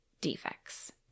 defects